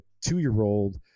two-year-old